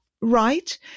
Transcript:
right